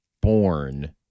born